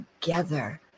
together